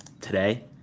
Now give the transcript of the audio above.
today